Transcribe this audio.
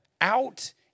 Out